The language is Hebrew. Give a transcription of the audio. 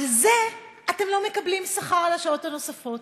על זה אתם לא מקבלים שכר, על השעות הנוספות.